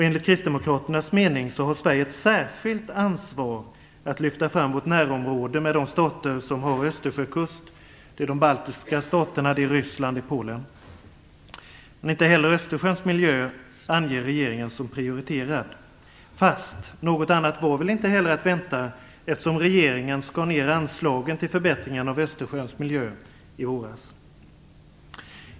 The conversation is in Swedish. Enligt kristdemokraternas mening har Sverige ett särskilt ansvar att lyfta fram vårt närområde med de stater som har Östersjökust, och det är de baltiska staterna, Ryssland och Polen. Men inte heller Östersjöns miljö anger regeringen som prioriterad. Något annat var väl heller inte att vänta, eftersom regeringen i våras skar ned anslagen till förbättring av Östersjöns miljö.